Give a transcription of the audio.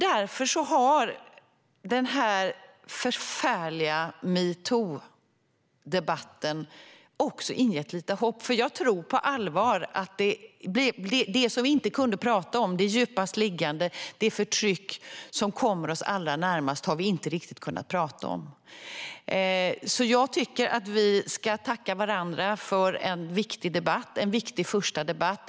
Därför har denna förfärliga metoo-debatt också ingett lite hopp, för jag tror på allvar att det djupast liggande, det förtryck som kommer oss allra närmast, har vi inte riktigt kunnat prata om. Jag tycker att vi ska tacka varandra för en viktig första debatt.